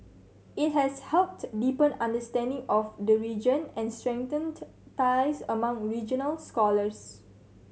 it has helped deepen understanding of the region and strengthened ties among regional scholars